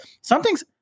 something's